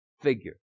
figure